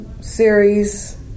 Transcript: series